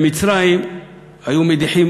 במצרים היו מדיחים